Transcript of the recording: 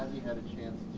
had a chance.